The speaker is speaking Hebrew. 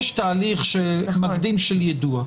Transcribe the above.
יש תהליך מקדים של יידוע.